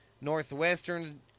Northwestern